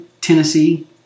Tennessee